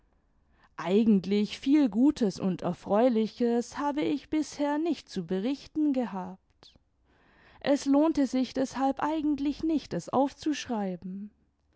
eigentlich viel gutes und erfreuliches habe ich bisher nicht zu berichten gehabt es lohnte sich deshalb eigentlich nicht es aufzuschreiben